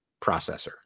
processor